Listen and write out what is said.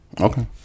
Okay